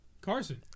Carson